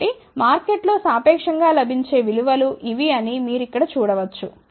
కాబట్టి మార్కెట్ లో సాపేక్షం గా లభించే విలువ లు ఇవి అని మీరు ఇక్కడ చూడ వచ్చు